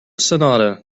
sonata